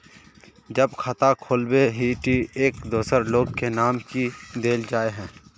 जब खाता खोलबे ही टी एक दोसर लोग के नाम की देल जाए है?